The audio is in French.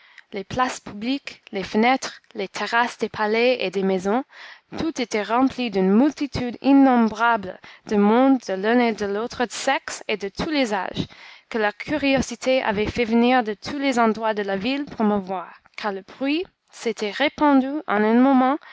les places publiques les fenêtres les terrasses des palais et des maisons tout était rempli d'une multitude innombrable de monde de l'un et de l'autre sexes et de tous les âges que la curiosité avait fait venir de tous les endroits de la ville pour me voir car le bruit s'était répandu en un moment